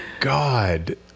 God